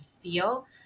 feel